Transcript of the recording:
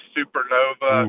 Supernova